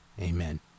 Amen